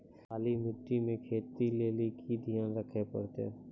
काली मिट्टी मे खेती लेली की ध्यान रखे परतै?